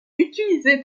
utilisé